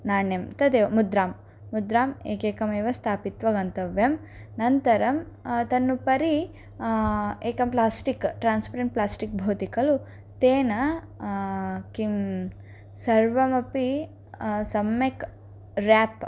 नाण्यं तथैव मुद्रां मुद्राम् एकैकमेव स्थापित्वा गन्तव्यं नन्तरं तान् उपरि एकं प्लास्टिक् ट्रान्स्पेरेण्ट् प्लास्टिक् भवति खलु तेन किं सर्वमपि सम्यक् रेप्